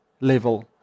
level